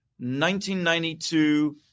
1992